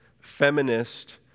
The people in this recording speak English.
feminist